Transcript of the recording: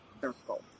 circle